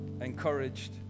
encouraged